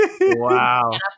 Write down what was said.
Wow